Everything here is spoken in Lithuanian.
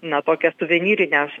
na tokias suvenyrines